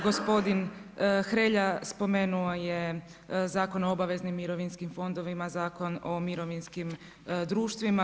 Gospodin Hrelja spomenuo je Zakon o obaveznim mirovinskim fondovima, Zakon o mirovinskim društvima.